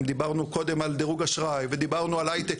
דיברנו קודם על דרוג אשראי ודיברנו על ההיי-טק,